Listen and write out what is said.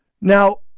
now